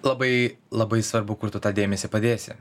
labai labai svarbu kur tu tą dėmesį padėsi